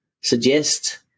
suggest